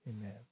Amen